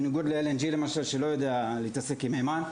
בניגוד ל-LNG שלא יודע להתעסק עם מימן.